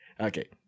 Okay